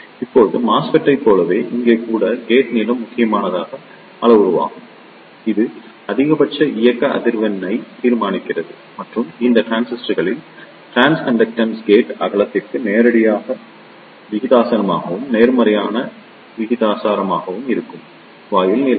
இப்போது மெஸ்ஃபெட்டைப் போலவே இங்கே கூட கேட் நீளம் முக்கியமான அளவுருவாகும் இது அதிகபட்ச இயக்க அதிர்வெண்ணை தீர்மானிக்கிறது மற்றும் இந்த டிரான்சிஸ்டர்களில் டிரான்ஸ்கண்டக்டன்ஸ் கேட் அகலத்திற்கு நேரடியாக விகிதாசாரமாகவும் நேர்மாறான விகிதாசாரமாகவும் இருக்கும் வாயில் நீளம்